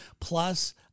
Plus